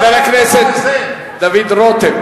אבל כלום לא קיבלנו.